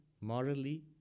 morally